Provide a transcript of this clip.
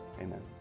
Amen